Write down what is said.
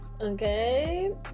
okay